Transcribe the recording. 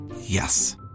Yes